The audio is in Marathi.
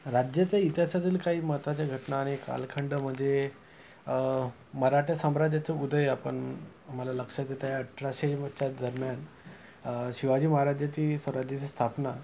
राज्याच्या इतिहासातील काही महत्त्वाच्या घटना आणि कालखंड म्हणजे मराठा साम्राज्याचे उदय आपण मला लक्षात आहेत या अठराशेच्याच दरम्यान शिवाजी महाराजांची स्वराज्याची स्थापना